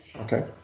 Okay